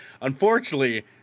Unfortunately